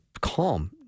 calm